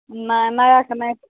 नहि नया तऽ नहि